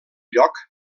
lloc